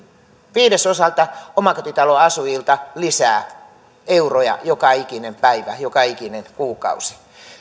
viidesosalta omakotitaloasujista lisää euroja joka ikinen päivä joka ikinen kuukausi